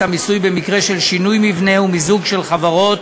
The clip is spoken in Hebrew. המיסוי במקרה של שינוי מבנה ומיזוג של חברות,